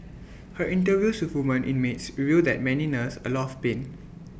her interviews with women inmates reveal that many nurse A lot of pain